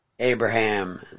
Abraham